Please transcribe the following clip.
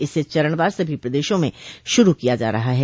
इसे चरणवार सभी प्रदेशों में शुरू किया जा रहा है